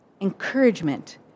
encouragement